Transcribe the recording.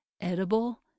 edible